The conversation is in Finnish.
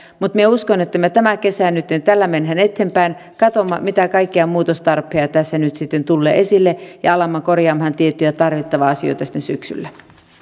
mutta minä uskon että me tämän kesän nyt tällä menemme eteenpäin katsomme mitä kaikkia muutostarpeita tässä nyt sitten tulee esille ja alamme korjaamaan tiettyjä tarvittavia asioita sitten syksyllä